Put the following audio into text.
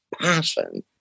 passion